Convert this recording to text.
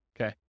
Okay